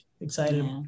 excited